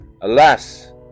Alas